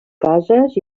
cases